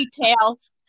details